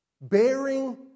Bearing